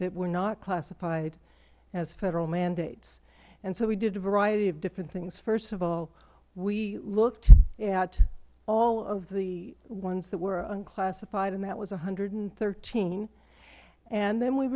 that were not classified as federal mandates so we did a variety of different things first of all we looked at all of the ones that were unclassified and that was one hundred and thirteen and then we